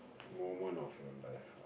moment of your life ah